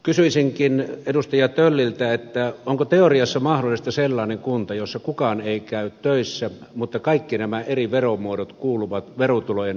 kysyisinkin edustaja tölliltä että onko teoriassa mahdollista sellainen kunta jossa kukaan ei käy töissä mutta kaikki nämä eri veromuodot kuuluvat verotulojen tasausjärjestelmään